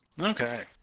Okay